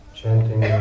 chanting